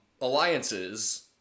alliances